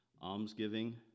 almsgiving